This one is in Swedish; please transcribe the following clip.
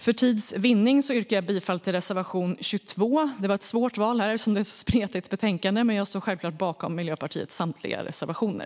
För tids vinning yrkar jag bifall endast till reservation 22. Det var ett svårt val, eftersom detta är ett så spretigt betänkande. Jag står dock självklart bakom samtliga Miljöpartiets reservationer.